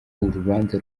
urubanza